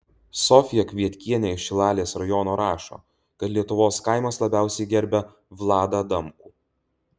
sofija kvietkienė iš šilalės rajono rašo kad lietuvos kaimas labiausiai gerbia vladą adamkų